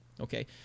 Okay